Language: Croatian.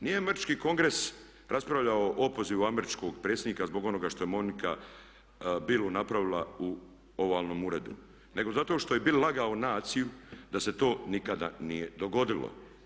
Nije američki Kongres raspravljao o opozivu američkog predsjednika zbog onoga što je Monica Billu napravila u ovalnom uredu nego zato što je Bill lagao naciju da se to nikada nije dogodilo.